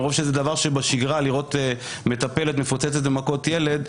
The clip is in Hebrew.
מרוב שזה דבר שבשגרה לראות מטפלת מפוצצת במכות ילד,